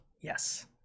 Yes